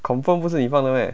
confirm 不是你放的 meh